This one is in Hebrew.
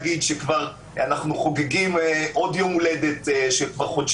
ונעשו שינויים ואנחנו מברכים על שינויים